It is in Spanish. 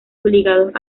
obligados